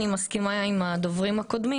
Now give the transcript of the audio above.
אני מסכימה עם הדוברים הקודמים,